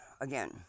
again